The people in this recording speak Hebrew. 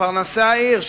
פרנסי העיר,